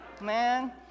Man